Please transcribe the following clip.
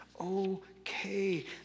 okay